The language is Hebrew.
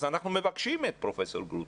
אנחנו מבקשים את פרופסור גרוטו,